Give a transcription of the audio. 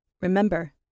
Remember